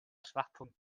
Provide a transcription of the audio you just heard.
schwachpunkt